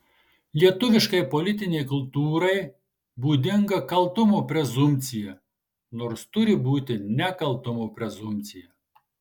lietuviškai politinei kultūrai būdinga kaltumo prezumpcija nors turi būti nekaltumo prezumpcija